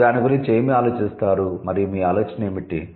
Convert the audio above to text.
మీరు దాని గురించి ఏమి ఆలోచిస్తారు మరియు మీ ఆలోచన ఏమిటి